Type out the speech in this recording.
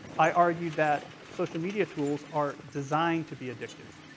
i argued that social media tools are designed to be addictive.